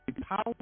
power